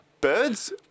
birds